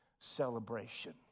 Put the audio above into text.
celebration